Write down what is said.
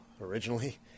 originally